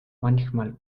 manchmal